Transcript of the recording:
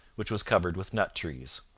which was covered with nut-trees.